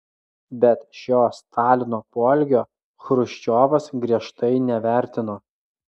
bet šio stalino poelgio chruščiovas griežtai nevertino